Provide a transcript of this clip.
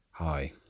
Hi